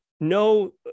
no